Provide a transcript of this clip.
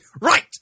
Right